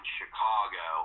Chicago